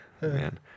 man